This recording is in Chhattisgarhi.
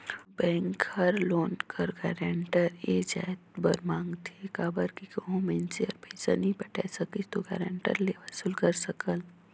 कोनो बेंक हर लोन कर गारंटर ए जाएत बर मांगथे काबर कि कहों मइनसे हर पइसा नी पटाए सकिस ता गारंटर ले वसूल कर सकन